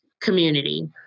community